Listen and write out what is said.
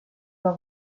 leur